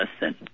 listen